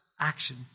action